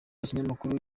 ikinyamakuru